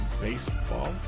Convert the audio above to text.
baseball